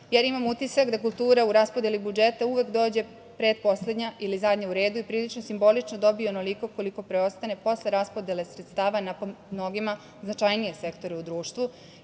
jer imam utisak da kultura u raspodeli budžeta uvek dođe pretposlednja ili zadnja u redu i prilično simbolično dobije onoliko koliko preostane posle raspodele sredstava na, po mnogima, značajnije sektore u društvu